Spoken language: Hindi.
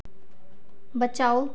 बचाओ